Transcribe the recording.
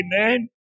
Amen